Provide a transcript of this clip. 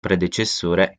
predecessore